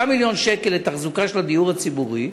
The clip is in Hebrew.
5 מיליון שקל לתחזוקה של הדיור הציבורי,